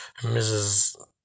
Mrs